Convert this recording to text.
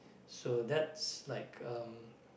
so that's like um